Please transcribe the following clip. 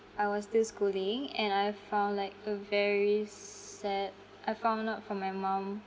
I was still schooling and I found like a very s~ sad I found out from my mum